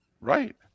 Right